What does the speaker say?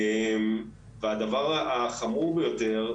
והדבר החמור ביותר,